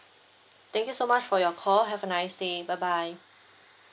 thank you so much for your call have a nice day bye bye